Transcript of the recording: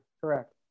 Correct